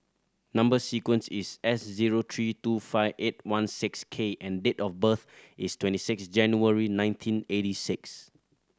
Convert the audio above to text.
number sequence is S zero three two five eight one six K and date of birth is twenty six January nineteen eighty six